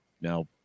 now